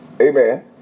Amen